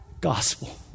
gospel